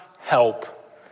help